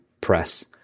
press